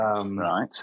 Right